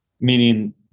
meaning